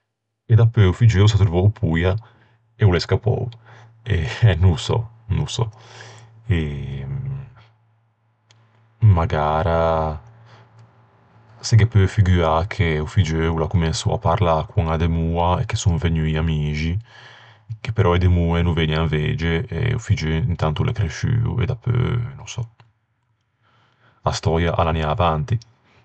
E dapeu o figgeu o s'é attrovou poia e o l'é scappou! Eh, no ô sò, no ô sò! Magara se ghe peu figuâ che o figgeu o l'à comensou à parlâ con a demoa, e che son vegnui amixi, che però e demoe no vëgnan vege e che o figgeu intanto o l'é cresciuo, e dapeu no ô sò... A stöia a l'anià avanti!